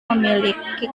memiliki